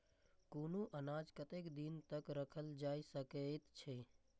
कुनू अनाज कतेक दिन तक रखल जाई सकऐत छै?